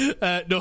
No